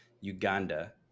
Uganda